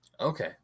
okay